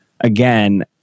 again